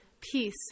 peace